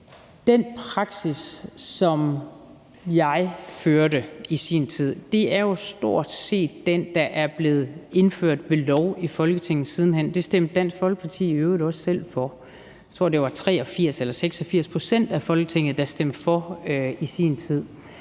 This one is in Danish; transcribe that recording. den praksis, som jeg førte i sin tid, stort set er den, der er blevet indført ved lov i Folketinget siden hen. Det stemte Dansk Folkeparti i øvrigt også selv for. Jeg tror, det var 83 eller 86 pct. af Folketinget, der stemte for i sin tid.